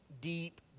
deep